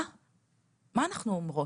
מה אנחנו אומרות?